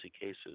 cases